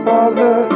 Father